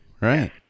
right